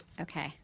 Okay